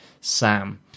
Sam